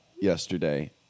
yesterday